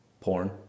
Porn